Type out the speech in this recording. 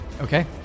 okay